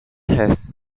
has